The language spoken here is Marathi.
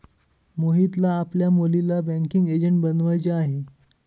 मोहितला आपल्या मुलीला बँकिंग एजंट बनवायचे आहे